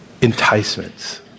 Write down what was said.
enticements